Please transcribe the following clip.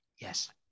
yes